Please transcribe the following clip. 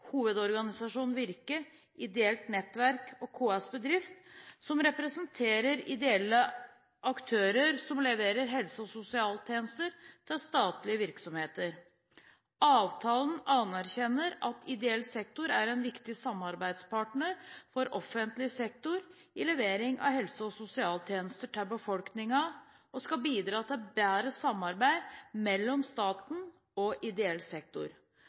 Hovedorganisasjonen Virke, Ideelt Nettverk og KS Bedrift, som representerer ideelle aktører som leverer helse- og sosialtjenester til statlige virksomheter. Avtalen anerkjenner at ideell sektor er en viktig samarbeidspartner for offentlig sektor i levering av helse- og sosialtjenester til befolkningen, og skal bidra til bedre samarbeid mellom staten og ideell sektor.